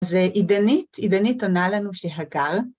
זה עידנית, עידנית עונה לנו שהגר